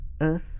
earth